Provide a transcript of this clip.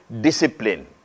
discipline